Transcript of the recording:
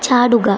ചാടുക